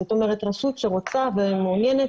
זאת אומרת רשות שרוצה ומעוניינת,